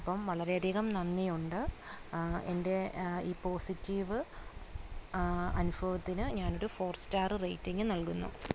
അപ്പം വളരെയധികം നന്ദി ഉണ്ട് എന്റെ ഈ പോസിറ്റീവ് അനുഭവത്തിന് ഞനൊരു ഫോര് സ്റ്റാറ് റേറ്റിങ്ങ് നല്കുന്നു